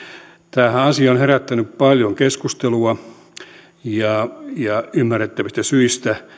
tämä asia on on herättänyt paljon keskustelua ja ymmärrettävistä syistä